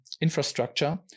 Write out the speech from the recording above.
infrastructure